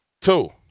Two